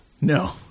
No